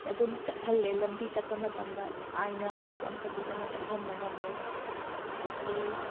ꯑꯗꯨꯝ ꯆꯠꯍꯜꯂꯦ ꯂꯝꯕꯤ ꯆꯠꯄ ꯃꯇꯝꯗ ꯅꯨꯡꯉꯥꯏꯅ ꯑꯋꯥꯕ ꯑꯃꯠꯇ ꯄꯤꯗꯅ ꯆꯠꯍꯟꯕ ꯉꯝꯃꯦ ꯑꯗꯒꯤ